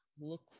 look